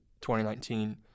2019